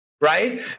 right